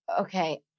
Okay